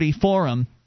Forum